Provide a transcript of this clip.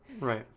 Right